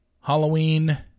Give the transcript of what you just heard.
Halloween